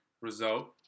result